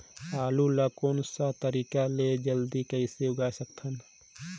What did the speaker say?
आलू ला कोन सा तरीका ले जल्दी कइसे उगाय सकथन?